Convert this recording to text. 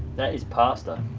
that is pasta.